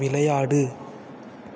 விளையாடு